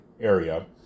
area